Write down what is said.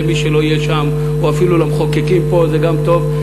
למי שלא יהיה שם או אפילו למחוקקים פה זה גם טוב.